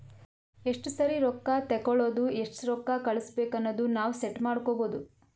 ಎಸ್ಟ ಸರಿ ರೊಕ್ಕಾ ತೇಕೊಳದು ಎಸ್ಟ್ ರೊಕ್ಕಾ ಕಳುಸ್ಬೇಕ್ ಅನದು ನಾವ್ ಸೆಟ್ ಮಾಡ್ಕೊಬೋದು